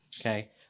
okay